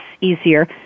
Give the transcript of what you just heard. easier